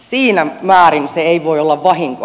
siinä määrin se ei voi olla vahinko